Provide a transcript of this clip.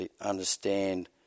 understand